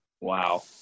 Wow